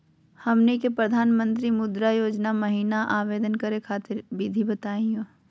हमनी के प्रधानमंत्री मुद्रा योजना महिना आवेदन करे खातीर विधि बताही हो?